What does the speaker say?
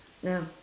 ya